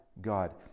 God